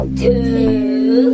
two